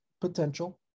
potential